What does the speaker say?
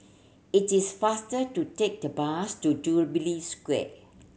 it is faster to take the bus to Jubilee Square